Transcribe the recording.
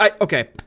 Okay